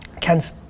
Ken's